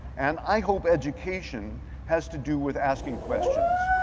and i hope education has to do with asking questions.